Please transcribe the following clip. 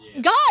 God